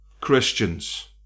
Christians